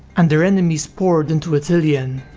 and their enemies poured into ithilien.